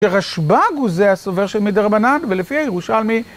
שרשב"ג הוא זה הסובר שמדרבנן, ולפי הירושלמי...